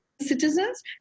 citizens